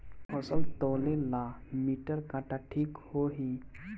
फसल तौले ला मिटर काटा ठिक होही?